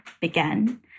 began